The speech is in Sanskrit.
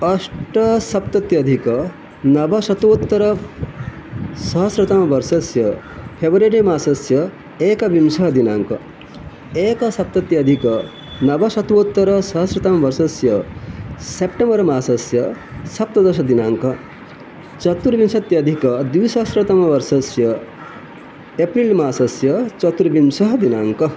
अष्टसप्तत्यधिक नवशतोत्तर सहस्रतमवर्षस्य फ़ेब्रवरि मासस्य एकविंशतिदिनाङ्क एकसप्तत्यधिक नवशतोत्तरसहस्रतमवर्षस्य सेप्टेम्बर् मासस्य सप्तदशदिनाङ्कः चतुर्विंशत्यधिकद्विसहस्रतमवर्षस्य एप्रिल् मासस्य चतुर्विंशतिदिनाङ्कः